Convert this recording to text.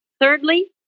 Thirdly